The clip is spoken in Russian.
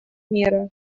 меры